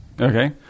Okay